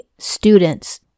Students